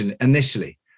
initially